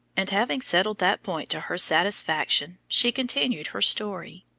and having settled that point to her satisfaction, she continued her story